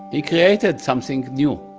he created something new,